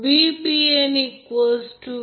Vbc √ 3 Vp angle 90o आहे जे आपण देखील केले आहे